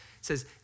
says